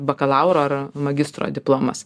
bakalauro ar magistro diplomas